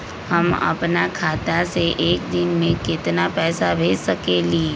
हम अपना खाता से एक दिन में केतना पैसा भेज सकेली?